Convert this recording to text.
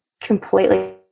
completely